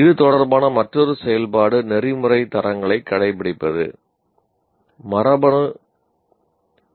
இது தொடர்பான மற்றொரு செயல்பாடு நெறிமுறைத் தரங்களைக் கடைப்பிடிப்பது மற்றும் மரபணு